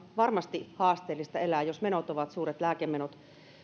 varmasti haasteellista elää jos menot ovat suuret lääkemenot